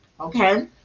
Okay